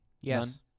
Yes